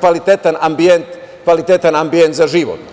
kvalitetan ambijent za život.